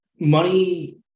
Money